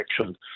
action